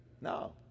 no